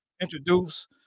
introduce